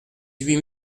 huit